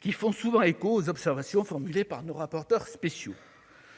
qui font souvent écho aux observations formulées par nos rapporteurs spéciaux.